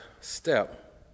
step